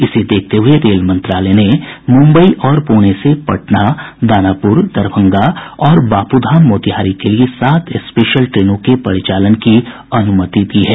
इसे देखते हुये रेल मंत्रालय ने मुम्बई और पुणे से पटना दानापुर दरभंगा और बापूधाम मोतिहारी के लिए सात स्पेशल ट्रेनों के परिचालन की अनुमति दी है